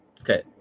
Okay